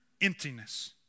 emptiness